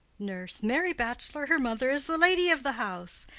nurse. marry, bachelor, her mother is the lady of the house.